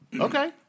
Okay